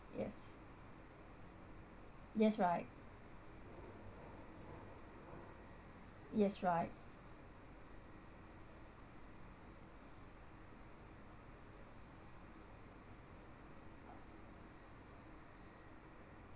yes yes right yes right